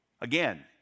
Again